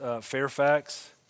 Fairfax